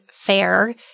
fair